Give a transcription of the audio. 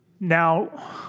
Now